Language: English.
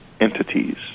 entities